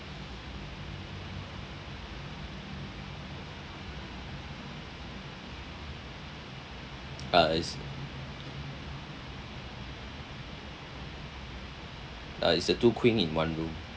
uh it's uh it's a two queen in one room